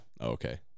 okay